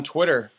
Twitter